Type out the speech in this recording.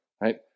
right